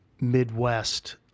Midwest